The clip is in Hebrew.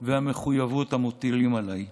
והמחויבות המוטלים עליי,